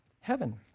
heaven